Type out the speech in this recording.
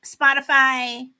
Spotify